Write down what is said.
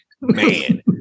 man